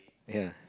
ya